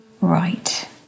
Right